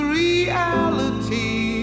reality